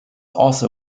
also